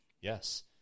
Yes